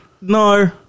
No